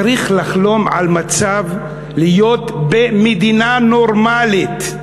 צריך לחלום על מצב להיות במדינה נורמלית.